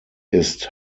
ist